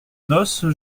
noce